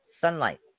sunlight